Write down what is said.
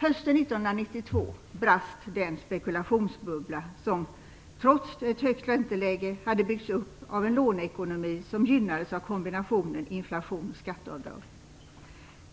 Hösten 1992 brast den spekulationsbubbla som trots ett högt ränteläge hade byggts upp av en låneekonomi som gynnades av kombinationen inflation och skatteavdrag.